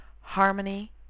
harmony